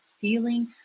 feeling